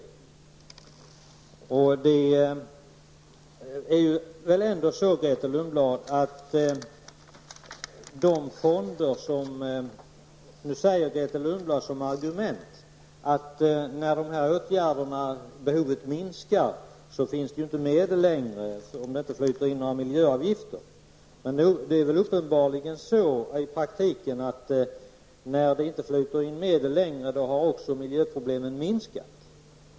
Som motargument säger Grethe Lundblad att när behovet av dessa åtgärder minskar finns det inga medel om det inte flyter in några miljöavgifter. Men i praktiken är det uppenbarligen så, att när det inte längre flyter in medel har också miljöproblemen minskat.